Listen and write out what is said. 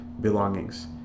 belongings